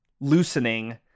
loosening